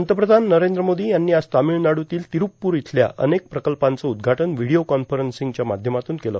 पंतप्रधान नरेंद्र मोदी यांनी आज तामिळनाड्तील तीरूप्पूर इथल्या अनेक प्रकल्पाचं उद्घाटन व्हिडीओ कान्फरन्सींगच्या माध्यमातून केलं